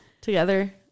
together